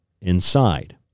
inside